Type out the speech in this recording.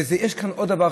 ויש כאן עוד דבר,